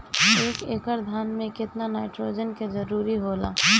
एक एकड़ धान मे केतना नाइट्रोजन के जरूरी होला?